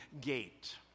gate